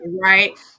right